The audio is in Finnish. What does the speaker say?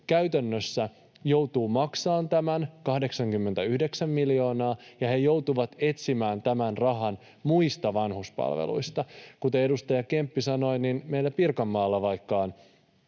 käytännössä joutuvat maksamaan tämän 89 miljoonaa, ja he joutuvat etsimään tämän rahan muista vanhuspalveluista. Kuten edustaja Kemppi sanoi, niin vaikkapa meillä Pirkanmaalla on